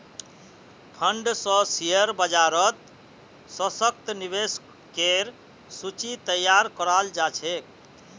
fund स share बाजारत सशक्त निवेशकेर सूची तैयार कराल जा छेक